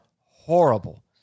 horrible